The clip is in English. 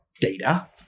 data